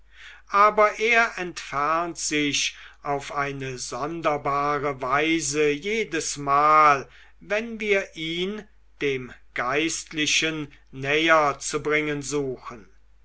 aber er entfernt sich auf eine sonderbare weise jedesmal wenn wir ihn dem geistlichen näher zu bringen suchen